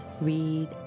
read